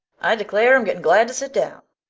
i declare i'm getting glad to sit down.